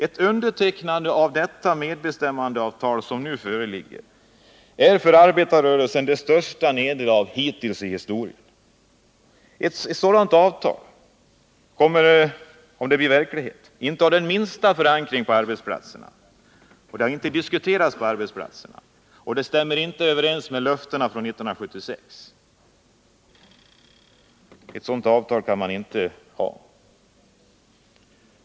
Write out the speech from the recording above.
Ett undertecknande av det ”medbestämmandeavtal” som nu föreligger är för arbetarrörelsen det största nederlaget hittills i historien. Ett sådant avtal kommer, om det blir verklighet, inte att ha den minsta förankring på arbetsplatserna. Det har inte 113 diskuterats på arbetsplatserna och det stämmer inte överens med löftena från 1976. Ett sådant avtal kan man inte ha.